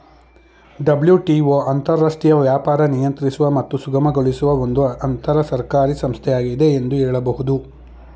WTO ಅಂತರರಾಷ್ಟ್ರೀಯ ವ್ಯಾಪಾರ ನಿಯಂತ್ರಿಸುವ ಮತ್ತು ಸುಗಮಗೊಳಿಸುವ ಒಂದು ಅಂತರಸರ್ಕಾರಿ ಸಂಸ್ಥೆಯಾಗಿದೆ ಎಂದು ಹೇಳಬಹುದು